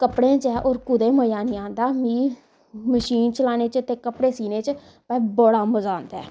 कपड़ें च ऐ और कुते मजा नी आंदा मिगी मशीन चलाने च ते कपड़े सीने च मैं बड़ा मजा आंदा